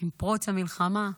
עם פרוץ המלחמה,